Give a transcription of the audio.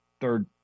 third